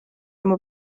oma